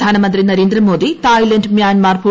പ്രധാനമന്ത്രി Narendra Modi Thailand Myanmar സമാപനം